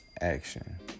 Action